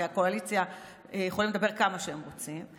כי בקואליציה יכולים לדבר כמה שהם רוצים.